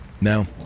Now